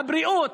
הבריאות,